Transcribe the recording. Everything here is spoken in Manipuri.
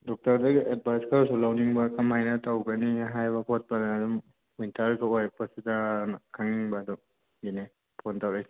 ꯗꯣꯛꯇꯔꯗꯒꯤ ꯑꯦꯗꯚꯥꯏꯁ ꯈꯔꯁꯨ ꯂꯧꯅꯤꯡꯕ ꯀꯃꯥꯏꯅ ꯇꯧꯒꯅꯤ ꯍꯥꯏꯕ ꯈꯣꯠꯄ ꯑꯗꯨꯝ ꯋꯤꯟꯇꯔꯒ ꯑꯣꯏꯔꯛꯄꯁꯤꯗꯔꯥꯅ ꯈꯪꯅꯤꯡꯕ ꯑꯗꯨꯒꯤꯅꯤ ꯐꯣꯟ ꯇꯧꯔꯛꯏ